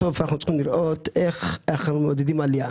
בסוף אנו צריכים לראות איך אנו מעודדים עלייה.